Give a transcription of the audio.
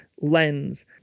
lens